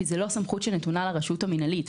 כי זאת לא סמכות שנתונה לרשות המינהלית.